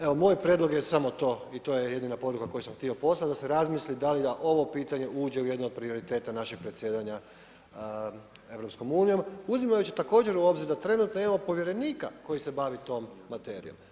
Evo moj prijedlog je samo to i to je jedina poruka koju sam htio poslati da se razmisli da li da ovo pitanje uđe u jedno od prioriteta našeg predsjedanja Europskom unijom uzimajući također u obzir da trenutno imamo povjerenika koji se bavi tom materijom.